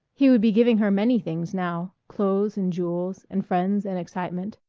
he would be giving her many things now clothes and jewels and friends and excitement.